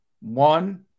One